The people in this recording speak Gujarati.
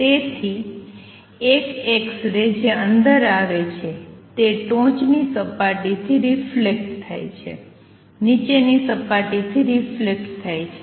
તેથી એક એક્સ રે જે અંદર આવે છે તે ટોચની સપાટીથી રિફલેક્ટ થાય છે નીચેની સપાટીથી રિફલેક્ટ થાય છે